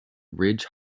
ridge